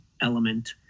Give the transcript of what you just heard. element